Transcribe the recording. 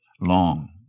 long